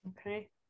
Okay